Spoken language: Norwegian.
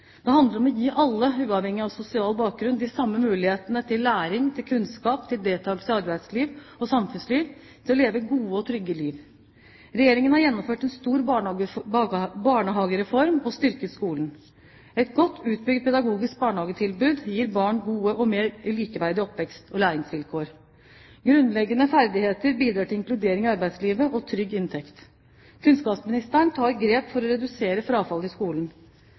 Det handler om å gi alle, uavhengig av sosial bakgrunn, de samme mulighetene til læring, til kunnskap, til deltakelse i arbeidsliv og samfunnsliv og til å leve gode og trygge liv. Regjeringen har gjennomført en stor barnehagereform og styrket skolen. Et godt utbygd pedagogisk barnehagetilbud gir barn gode og mer likeverdige oppvekst- og læringsvilkår. Grunnleggende ferdigheter bidrar til inkludering i arbeidslivet og trygg inntekt. Kunnskapsministeren tar grep for å redusere frafallet i skolen.